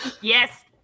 Yes